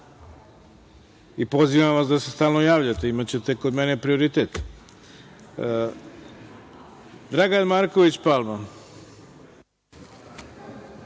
i pozivam vas da se stalno javljate. Imaćete kod mene prioritet. Reč ima Dragan Marković Palma.